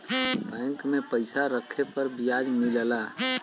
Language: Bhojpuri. बैंक में पइसा रखे पर बियाज मिलला